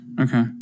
Okay